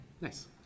Nice